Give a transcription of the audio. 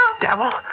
devil